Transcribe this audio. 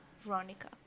Veronica